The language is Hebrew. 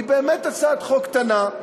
היא באמת הצעת חוק קטנה,